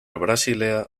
basilea